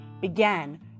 began